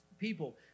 people